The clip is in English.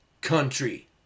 country